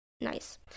nice